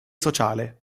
sociale